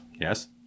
Yes